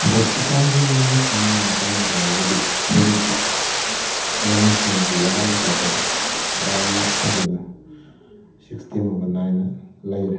ꯍꯣꯁꯄꯤꯇꯥꯜꯒꯤ ꯃꯦꯅꯦꯖꯃꯦꯟꯒꯤ ꯃꯇꯥꯡꯗ ꯍꯥꯏꯔꯒꯗꯤ ꯍꯧꯖꯤꯛꯇꯤ ꯃꯦꯅꯦꯖꯃꯦꯟꯁꯤ ꯌꯥꯝꯅ ꯆꯥꯎꯈꯠꯂꯦ ꯌꯥꯝꯅ ꯐꯖꯅ ꯁꯤꯁꯇꯦꯝ ꯑꯃ ꯅꯥꯏꯅ ꯂꯩꯔꯦ